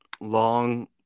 long